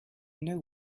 know